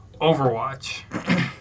Overwatch